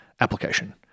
application